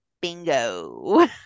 bingo